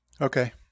Okay